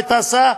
ואת ההסעה,